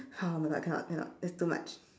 how oh my god cannot cannot that's too much